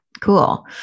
Cool